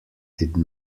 did